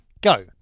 Go